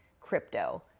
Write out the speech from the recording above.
crypto